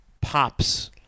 pops